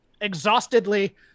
exhaustedly